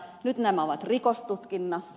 nyt nämä ovat rikostutkinnassa